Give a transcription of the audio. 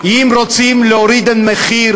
יאיר, נמאס לך להיות יו"ר